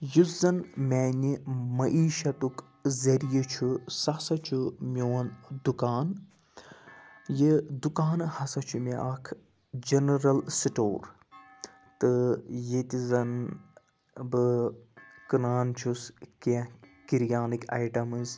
یُس زَن میانہِ معیٖشَتُک ذٔریعہٕ چھُ سُہ ہَسا چھُ میوٗن دُکان یہِ دُکان ہَسا چھُ مےٚ اَکھ جَنرَل سٹوٗر تہٕ ییٚتہِ زَن بہٕ کٕنان چھُس کیٚنٛہہ کِریانٕکۍ آیٹَمٕز